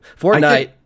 Fortnite